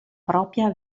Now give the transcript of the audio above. propria